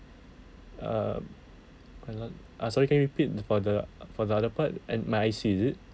err uh sorry can you repeat for the for the other part and my I_C is it